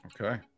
Okay